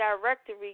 directory